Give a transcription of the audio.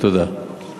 תודה.